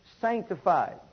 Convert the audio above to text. sanctified